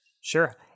Sure